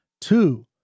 two